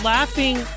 Laughing